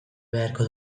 beharko